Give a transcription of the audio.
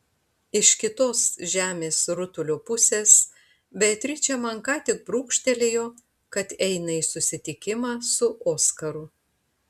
iš kitos žemės rutulio pusės beatričė man ką tik brūkštelėjo kad eina į susitikimą su oskaru